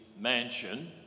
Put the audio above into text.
mansion